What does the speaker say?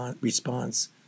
response